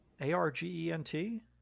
A-R-G-E-N-T